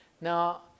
Now